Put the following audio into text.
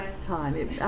time